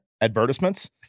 advertisements